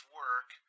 work